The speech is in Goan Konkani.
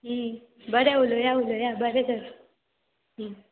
बरें उलया उलया बरें तर